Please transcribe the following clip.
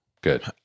Good